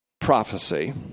prophecy